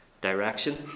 direction